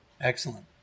Excellent